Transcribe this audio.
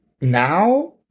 now